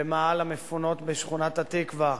במאהל המפונות בשכונת-התקווה.